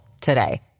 today